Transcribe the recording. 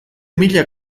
mila